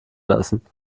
lassen